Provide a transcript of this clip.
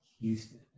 Houston